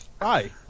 Hi